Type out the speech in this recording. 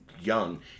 young